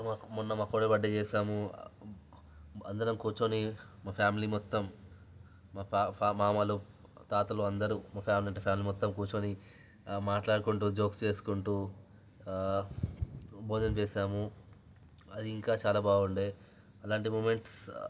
ఇంకా మొన్న మా కోడలు బర్త్ డే చేసాము అందరం కూర్చోని మా ప్యామిలీ మొత్తం మా మామలు తాతలు అందరూ మా ప్యామిలీ అంటే ప్యామిలీ మొత్తం కూర్చోని మాట్లాడుకుంటూ జోక్స్ వేసుకుంటూ భోజనం చేసాము అది ఇంకా చాలా బాగుండే అలాంటి మూమెంట్స్